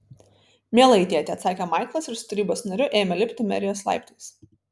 mielai tėti atsakė maiklas ir su tarybos nariu ėmė lipti merijos laiptais